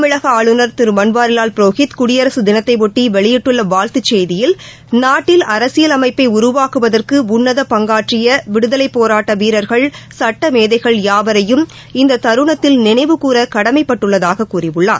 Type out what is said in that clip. தமிழகஆளுநர் திருபன்வாரிலால் புரோஹித் குடியரசுதினத்தையொட்டிவெளியிட்டுள்ளவாழ்த்துச் செய்தியில் நாட்டில் பங்காற்றியவிடுதலைப் போராட்டவீரர்கள் சட்டமேதைகள் யாவரையும் இந்ததருணத்தில் நினைவுகூற கடமைப்பட்டுள்ளதாகக் கூறியுள்ளார்